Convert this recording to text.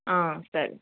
సరే